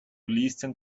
listen